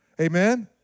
Amen